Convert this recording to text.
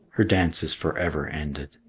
her dance is forever ended.